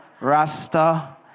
Rasta